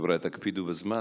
חבריי, תקפידו על הזמן.